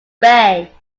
bay